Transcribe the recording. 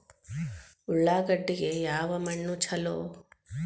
ಉಳ್ಳಾಗಡ್ಡಿಗೆ ಯಾವ ಮಣ್ಣು ಛಲೋ?